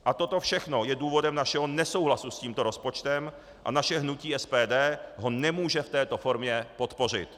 A toto všechno je důvodem našeho nesouhlasu s tímto rozpočtem a naše hnutí SPD ho nemůže v této formě podpořit.